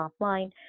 offline